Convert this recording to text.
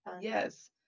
Yes